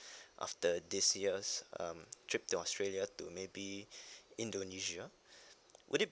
after this year's um trip to australia to maybe indonesia would it